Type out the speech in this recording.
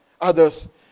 others